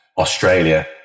Australia